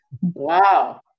Wow